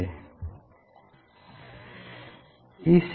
हम experimental data कैसे note करेंगे चलो हम इसे देखते हैं